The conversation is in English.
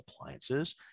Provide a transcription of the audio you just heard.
appliances